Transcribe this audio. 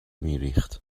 میریخت